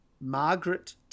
Margaret